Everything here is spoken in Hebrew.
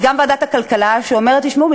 אז ועדת הכלכלה אומרת: תשמעו,